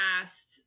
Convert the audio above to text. asked